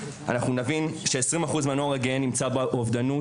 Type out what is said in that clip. אנחנו נבין ש-20% מהנוער הגאה נמצא באובדנות,